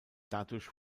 dadurch